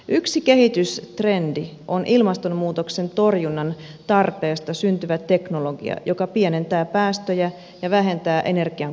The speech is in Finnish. yksi kehitystrendi on ilmastonmuutoksen torjunnan tarpeesta syntyvä teknologia joka pienentää päästöjä ja vähentää energian kulutusta